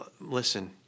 listen